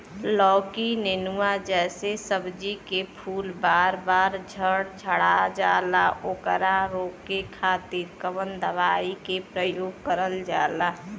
लौकी नेनुआ जैसे सब्जी के फूल बार बार झड़जाला ओकरा रोके खातीर कवन दवाई के प्रयोग करल जा?